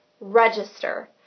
register